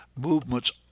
Movements